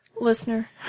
Listener